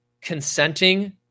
consenting